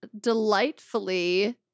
delightfully